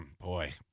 Boy